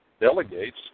delegates